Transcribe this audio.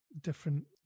different